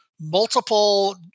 multiple